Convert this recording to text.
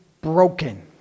broken